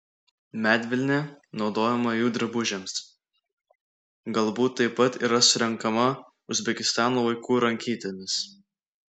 medvilnė naudojama jų drabužiams galbūt taip pat yra surenkama uzbekistano vaikų rankytėmis